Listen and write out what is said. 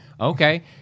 okay